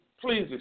please